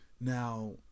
now